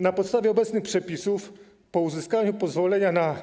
Na podstawie obecnych przepisów po uzyskaniu pozwolenia na